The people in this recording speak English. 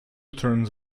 turns